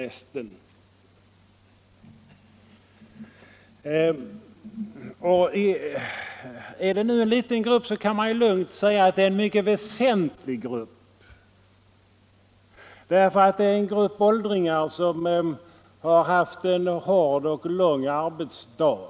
Även om gruppen är liten kan man lugnt säga att den är mycket väsentlig, eftersom den omfattar de åldringar som har haft en hård och lång arbetsdag.